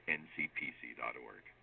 ncpc.org